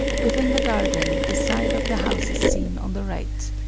within the garden the side of the house is seen on the right,